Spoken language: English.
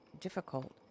difficult